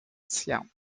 siam